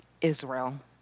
Israel